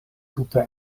tuta